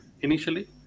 initially